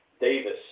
Davis